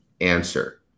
answer